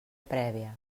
prèvia